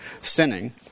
sinning